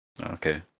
Okay